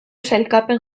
sailkapen